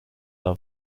are